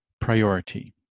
priority